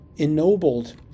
Ennobled